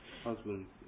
Husbands